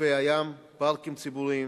לחופי הים, פארקים ציבוריים,